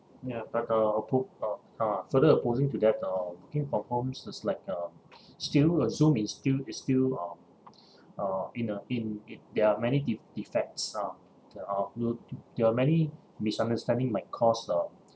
ya but uh oppo~ uh uh further opposing to that uh working from homes is like uh still uh zoom is still is still uh uh in uh in in there are many de~ defects uh uh th~ there are many misunderstanding might cause uh